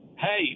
Hey